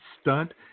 stunt